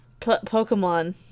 Pokemon